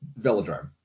Velodrome